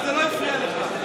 וזה לא הפריע לך.